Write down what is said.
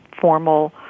formal